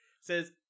says